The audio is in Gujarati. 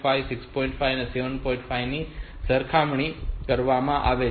5 ની સરખામણીમાં જમ્પ કરે તેથી આપણે જાણીએ છીએ કે આ મૂલ્યોનો ગુણાકાર 8 દ્વારા કરવામાં આવે છે